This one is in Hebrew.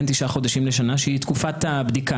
בין 9 חודשים לשנה שהיא תקופת הבדיקה,